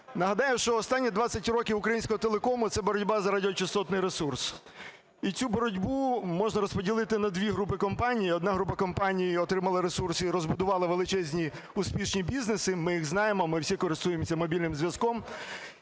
Нагадаю, що останні 20 років українського телекому – це боротьба за радіочастотний ресурс. І цю боротьбу можна розподілити на дві групи компанії. Одна група компанії отримала ресурс і розбудувала величезні і успішні бізнеси. Ми їх знаємо, ми всі користуємося мобільним зв'язком.